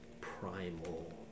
primal